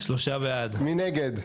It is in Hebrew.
מי נגדה?